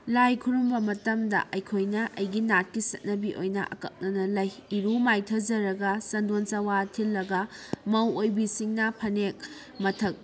ꯂꯥꯏ ꯈꯨꯔꯨꯝꯕ ꯃꯇꯝꯗ ꯑꯩꯈꯣꯏꯅ ꯑꯩꯒꯤ ꯅꯥꯠꯀꯤ ꯆꯠꯅꯕꯤ ꯑꯣꯏꯅ ꯑꯀꯛꯅꯅ ꯂꯩ ꯏꯔꯨ ꯃꯥꯏꯊꯖꯔꯒ ꯆꯟꯗꯣꯟ ꯆꯋꯥ ꯊꯤꯜꯂꯒ ꯃꯧ ꯑꯣꯏꯕꯤꯁꯤꯡꯅ ꯐꯅꯦꯛ ꯃꯊꯛ